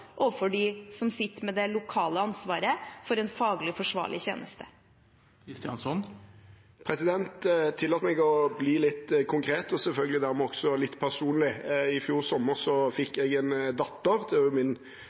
som sitter med det lokale ansvaret for en faglig forsvarlig tjeneste. Jeg tillater meg å bli litt konkret, og selvfølgelig dermed også litt personlig. I fjor sommer